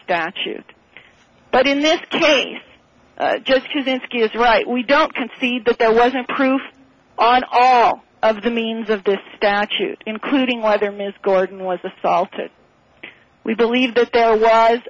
statute but in this case just using skiis right we don't concede that there wasn't proof on all of the means of this statute including my dear ms gordon was assaulted we believe that there was